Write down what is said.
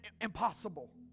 impossible